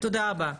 תודה רבה.